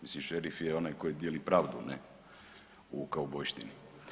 Mislim šerif je onaj koji dijeli pravdu u kaubojštini?